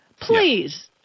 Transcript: Please